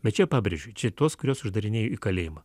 bet čia pabrėžiu čia tuos kuriuos uždarinėjo į kalėjimą